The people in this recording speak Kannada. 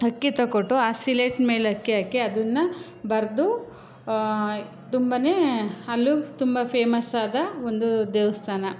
ಅಕ್ಕಿ ತಕ್ಕೊಟ್ಟು ಆ ಸಿಲೇಟ್ ಮೇಲೆ ಅಕ್ಕಿ ಹಾಕಿ ಅದನ್ನು ಬರೆದು ತುಂಬನೇ ಅಲ್ಲೂ ತುಂಬ ಫೇಮಸ್ಸಾದ ಒಂದು ದೇವಸ್ಥಾನ